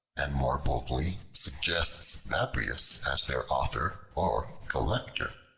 and more boldly suggests babrias as their author or collector.